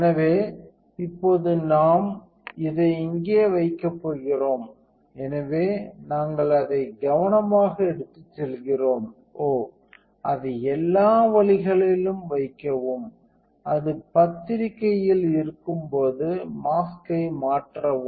எனவே இப்போது நாம் இதை இங்கே வைக்கப் போகிறோம் எனவே நாங்கள் அதை கவனமாக எடுத்துச் செல்கிறோம் ஓ அதை எல்லா வழிகளிலும் வைக்கவும் அது பத்திரிகையில் இருக்கும்போது மாஸ்க்யை மாற்றவும்